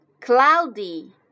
cloudy